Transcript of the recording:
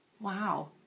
Wow